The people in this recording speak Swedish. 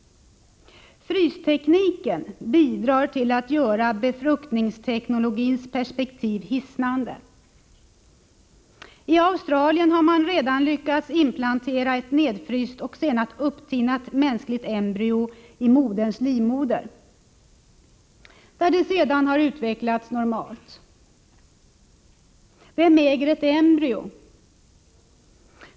Frystekniken bidrar till att göra befruktningsteknologins perspektiv hissnande. I Australien har man redan lyckats implantera ett nedfryst och sedan upptinat mänskligt embryo i moderns livmoder, där det sedan utvecklats normalt. Vem äger ett embryo?